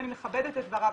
ואני מכבדת את דבריו,